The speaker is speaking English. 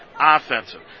Offensive